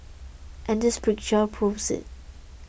and this picture proves it